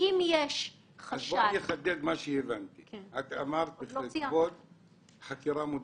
אף פעם לא היה ניסיון של איסוף נתונים במחקר שבעקבותיו פתחתם בחקירה?